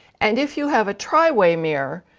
and if you have a tri-way mirror,